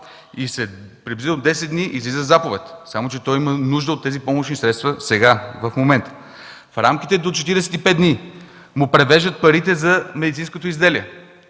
приблизително десет дни излиза заповед. Само че то има нужда от тези помощни средства сега, в момента. В рамките до 45 дни му превеждат парите за медицинското изделие.